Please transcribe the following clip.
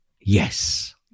Yes